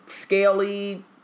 scaly